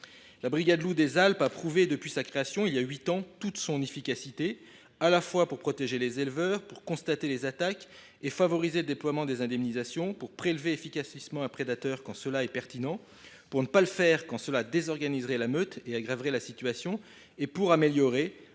La brigade loup des Alpes a prouvé toute son efficacité depuis sa création, il y a huit ans, à la fois pour protéger les éleveurs, pour constater les attaques et favoriser le déploiement des indemnisations, pour prélever efficacement un prédateur quand cela est pertinent, pour ne pas le faire quand cela désorganiserait la meute et aggraverait la situation, et pour améliorer la